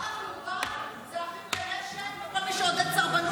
ברק, אהוד ברק ואחים לנשק וכל מי שעודד סרבנות